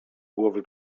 głowy